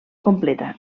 completa